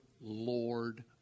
lord